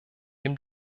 ihm